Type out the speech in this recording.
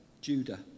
Judah